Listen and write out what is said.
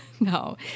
No